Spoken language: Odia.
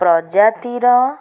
ପ୍ରଜାତିର